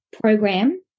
program